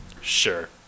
Sure